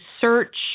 search